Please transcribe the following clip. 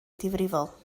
difrifol